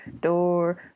door